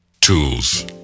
Tools